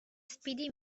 speedy